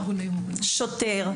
שוטר.